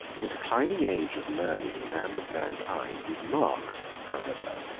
the declining age of learning and of mankind is marked, however,